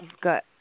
Good